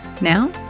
Now